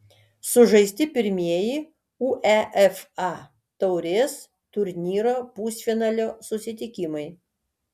sužaisti pirmieji uefa taurės turnyro pusfinalio susitikimai